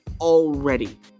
Already